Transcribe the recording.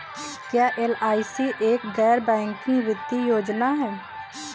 क्या एल.आई.सी एक गैर बैंकिंग वित्तीय योजना है?